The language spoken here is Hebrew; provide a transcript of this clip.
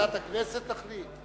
ועדת הכנסת תחליט?